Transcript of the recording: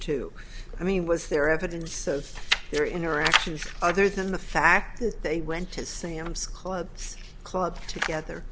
two i mean was there evidence of their interactions other than the fact that they went to sam's club club to get